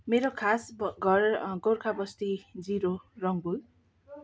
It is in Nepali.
मेरो खास घर गोर्खा बस्ती जिरो रङ्बुल